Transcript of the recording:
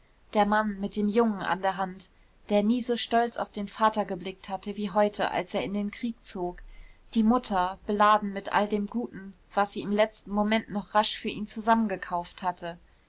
der mann mit dem jungen an der hand der nie so stolz auf den vater geblickt hatte wie heute als er in den krieg zog die mutter beladen mit all dem guten was sie im letzten moment noch rasch für ihn zusammengekauft hatte